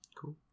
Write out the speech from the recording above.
Cool